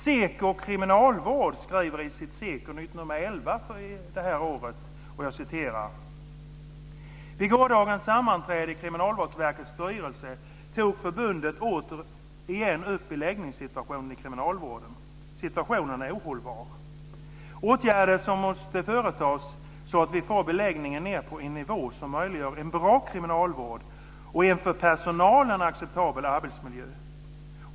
SEKO kriminalvård skriver i sitt "Vid gårdagens sammanträde i kriminalvårdsverkets verksstyrelse tog förbundet återigen upp beläggningssituationen i kriminalvården. Situationen är ohållbar. Åtgärder måste företas så att vi får beläggningen ner på en nivå som möjliggör en bra kriminalvård och en för personalen acceptabel arbetsmiljö.